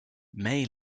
may